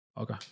Okay